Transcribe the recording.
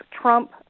Trump